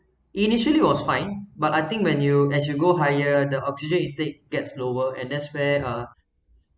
initially was fine but I think when you as you go higher the oxygen you take gets lower and that's where uh